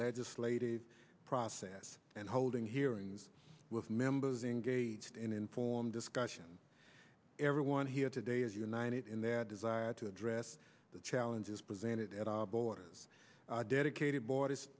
legislative process and holding hearings with members engaged in informed discussion everyone here today is united in their desire to address the challenges presented at our borders dedicated borders